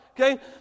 Okay